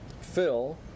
Phil